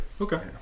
Okay